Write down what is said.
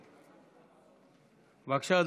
בבקשה,